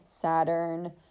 Saturn